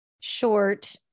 short